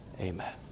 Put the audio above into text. amen